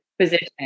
position